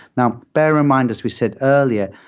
now, bear in mind as we said earlier,